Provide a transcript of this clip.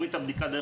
מה